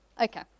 Okay